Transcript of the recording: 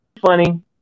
funny